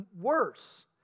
worse